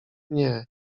nie